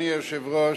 אדוני היושב-ראש,